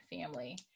family